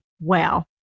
Wow